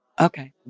Okay